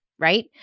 Right